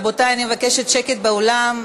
רבותי, אני מבקשת שקט באולם.